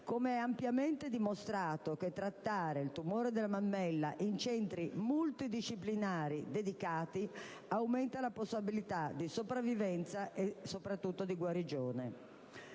come è ampiamente dimostrato che trattare il tumore della mammella in centri multidisciplinari dedicati aumenta la possibilità di sopravvivenza e soprattutto di guarigione.